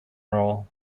role